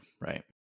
right